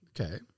Okay